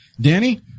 Danny